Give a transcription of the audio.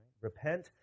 Repent